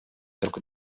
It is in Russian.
друг